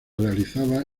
realizaba